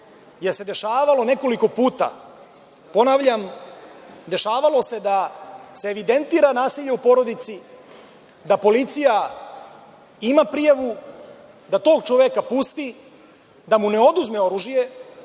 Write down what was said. jer se dešavalo nekoliko puta, ponavljam, dešavalo se da se evidentira nasilje u porodici, da policija ima prijavu, da tog čoveka pusti, da mu ne oduzme oružje,